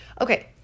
Okay